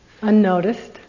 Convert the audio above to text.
unnoticed